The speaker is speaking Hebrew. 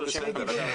הכול בסדר.